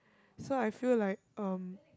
so I feel like um